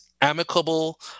amicable